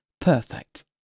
perfect